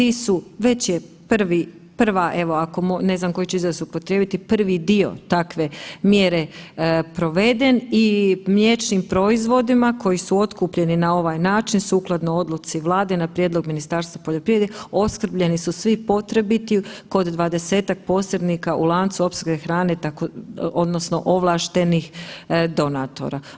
Već je prvi, prva ne znam koji ću izraz upotrijebiti prvi dio takve mjere proveden i mliječnim proizvodima koji su otkupljeni na ovaj način sukladno odluci Vlade na prijedlog Ministarstva poljoprivrede opskrbljeni su svi potrebiti kod dvadesetak posrednika u lancu opskrbe hrane odnosno ovlaštenih donatora.